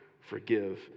forgive